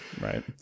Right